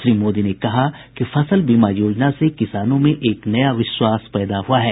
श्री मोदी ने कहा कि फसल बीमा योजना से किसानों में एक नया विश्वास पैदा हुआ है